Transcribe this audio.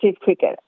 cricket